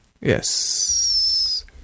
Yes